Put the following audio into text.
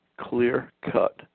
clear-cut